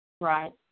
Right